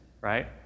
right